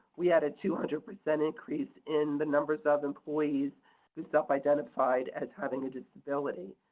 we had a two hundred percent increase in the numbers of employees who self identified as having a disability.